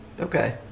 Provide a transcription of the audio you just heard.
Okay